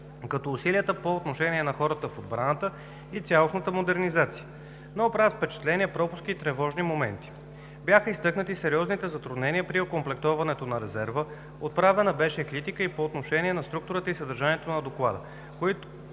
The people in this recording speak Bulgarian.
като усилията по отношение на хората в отбраната и цялостната модернизация, но правят впечатление пропуски и тревожни моменти. Бяха изтъкнати сериозните затруднения при окомплектоването на резерва. Отправена беше критика и по отношение на структурата и съдържанието на Доклада,